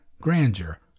grandeur